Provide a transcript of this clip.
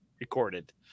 recorded